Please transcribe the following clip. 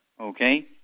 okay